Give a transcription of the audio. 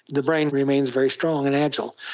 the brain remains very strong and agile.